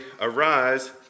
Arise